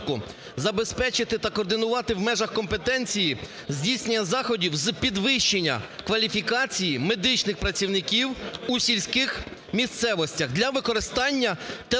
забезпечити та координувати у межах компетенції здійснення заходів з підвищення кваліфікації медичних працівників у сільських місцевостях для використання телекомунікаційних